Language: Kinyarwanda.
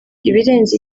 ibirenze